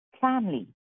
family